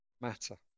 matter